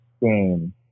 game